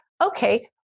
okay